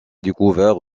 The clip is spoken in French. découverts